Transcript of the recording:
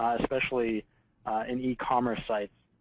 especially in e-commerce sites,